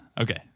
Okay